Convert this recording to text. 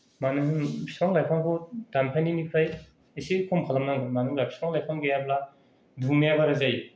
मानो होन बिफां लाइफांखौ दानफायनायनिफ्राय एसे खम खालामनांगोन मानो होनब्ला बिफां लाइफां गैयाब्ला दुंनाया बारा जायो